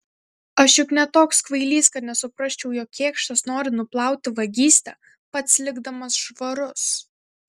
aš juk ne toks kvailys kad nesuprasčiau jog kėkštas nori nuplauti vagystę pats likdamas švarus